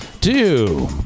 Two